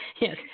Yes